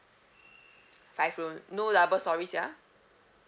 five room no double storeys ya